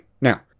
Now